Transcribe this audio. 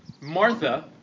Martha